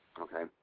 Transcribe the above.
Okay